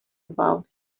about